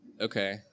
Okay